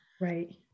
right